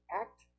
Act